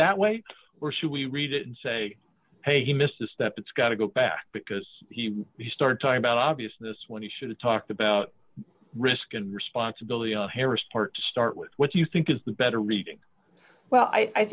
that way or should we read it and say hey he missed a step it's got to go back because he he started talking about obviousness when he should have talked about risk and responsibility on harris part to start with what you think is the better reading well i